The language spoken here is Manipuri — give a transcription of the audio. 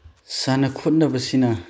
ꯁꯥꯟꯅ ꯈꯣꯠꯅꯕꯁꯤꯅ